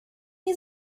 nie